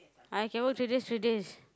I can work three days three days